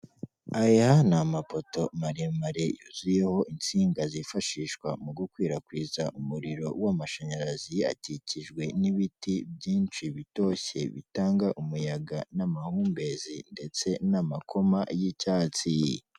Aya ni amapoto maremare yuzuyeho insinga zifashishwa mu gukwirakwiza umuriro w'amashanyarazi, akikijwe n'ibiti byinshi bitoshye bitanga umuyaga n'amahumbezi, ndetse n'amakoma y'icyatsi.